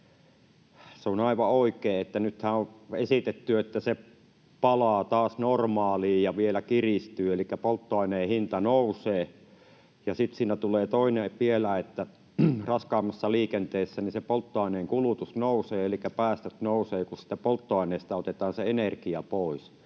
se on aivan oikein. Nythän on esitetty, että se palaa taas normaaliin ja vielä kiristyy, elikkä polttoaineen hinta nousee. Ja sitten siinä tulee vielä toinen, se, että raskaammassa liikenteessä se polttoaineen kulutus nousee elikkä päästöt nousevat, kun polttoaineesta otetaan se energia pois